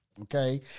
Okay